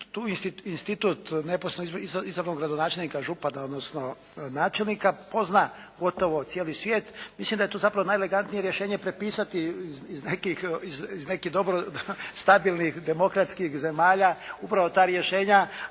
tu institut neposredno izabranog gradonačelnika, župana odnosno načelnika pozna gotovo cijeli svijet. Mislim da je to zapravo najelegantnije rješenje prepisati iz nekih dobro stabilnih demokratskih zemalja upravo ta rješenja